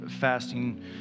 fasting